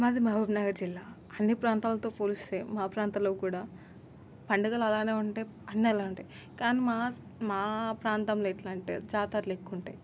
మాది మహబూబ్నగర్ జిల్లా అన్ని ప్రాంతాలతో పోలిస్తే మా ప్రాంతాల్లో కూడా పండుగలు అలానే ఉంటాయి అన్ని అలానే ఉంటాయి కానీ మా మా ప్రాంతంలో ఎట్లంటే జాతరలు ఎక్కువ ఉంటాయి